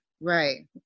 right